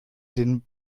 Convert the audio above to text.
den